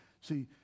See